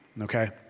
okay